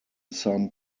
some